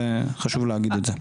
חשוב להגיד את זה.